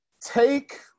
take